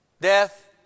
death